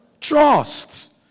trust